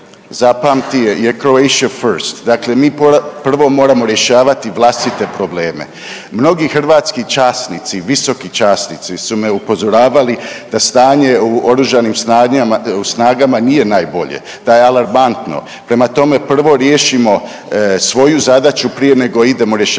zapamti, je Croatia first. Dakle mi prvo moramo rješavati vlastite probleme. Mnogi hrvatski časnici, visoki časnici su me upozoravali da stanje u Oružanim snagama nije najbolje, da je alarmantno, prema tome, prvo riješimo svoju zadaću prije nego idemo rješavati